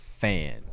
Fan